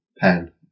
pen